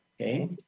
okay